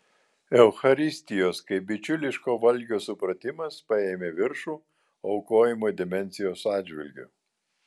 eucharistijos kaip bičiuliško valgio supratimas paėmė viršų aukojimo dimensijos atžvilgiu